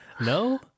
No